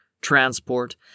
transport